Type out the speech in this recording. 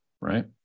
Right